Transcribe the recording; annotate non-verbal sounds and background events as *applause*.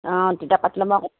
*unintelligible*